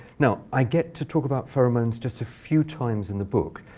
now, i get to talk about pheromones just a few times in the book.